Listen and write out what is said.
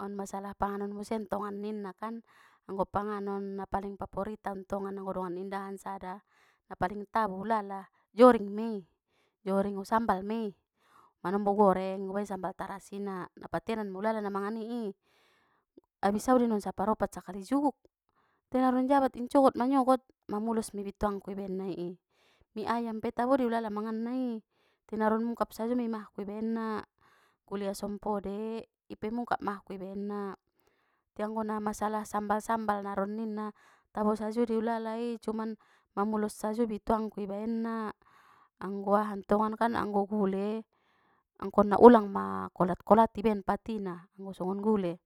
On masalah panganon museng tongan ninnakan, anggo panganon na paling paporit au tongan anggo dongan ni indahan sada, na paling tabo ulala, joring! Mei, joring usambal mei, manombo u goreng ubaen sambal tarasina na patenan mei ulala na mangani i, abis au de non saparopat sakali juguk!, te baron jabat incogot manyogot mamulos mei bintuangku i baennai i, mi ayam pe tabo dei ulala manganna i, te naron mungkap sao mei mahg ku ibaenna, gule asom podeh i pe mungkap mahg ku ibaenna, te anggo namasalah sambal sambal naron ninna, tabo sajo dei ulala i cuman, mamulos sajo bituangku ibaenna, anggo aha tongankan anggo gule, angkon na ulang ma kolat kolat i baen patina, anggo songon gule,